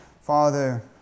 Father